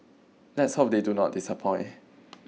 let's hope they do not disappoint